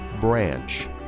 branch